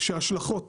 שההשלכות